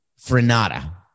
Frenata